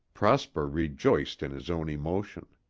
prosper rejoiced in his own emotion.